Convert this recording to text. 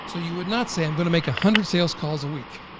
so you would not say i'm gonna make a hundred sales calls a week.